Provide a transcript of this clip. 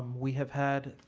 we have had